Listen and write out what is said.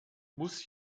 muss